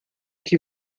que